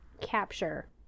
capture